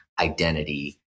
identity